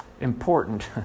important